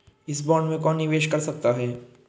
इस बॉन्ड में कौन निवेश कर सकता है?